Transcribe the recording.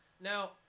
now